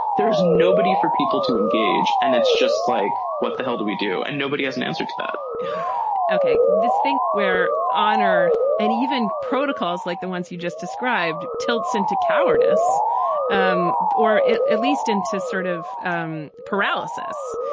there is nobody for people to engage and it's just like what the hell do we do. and nobody has an answer to that ok. this thing where honor and even protocols like the ones you just described tilts into cowardice um or at least into sort of um paralysis.